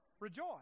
Rejoice